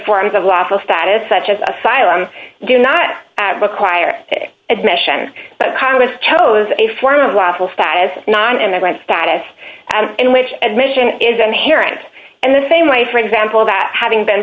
forms of lawful status such as asylum do not require admission but congress chose a form of lawful status nonimmigrant status in which admission is inherent and the same way for example that having been